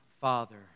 Father